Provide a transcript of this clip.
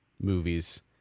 movies